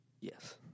Yes